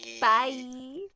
Bye